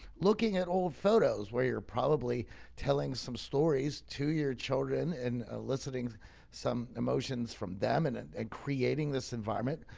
looking at old photos where you're probably telling some stories to your children and eliciting some emotions from them and and and creating this environment,